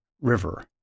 river